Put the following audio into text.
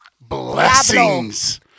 Blessings